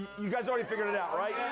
you guys already figured it out, right? yeah